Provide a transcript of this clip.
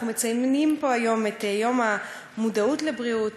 אנחנו מציינים פה היום את יום המודעות לבריאות.